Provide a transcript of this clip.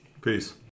Peace